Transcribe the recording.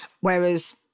whereas